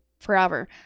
forever